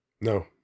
No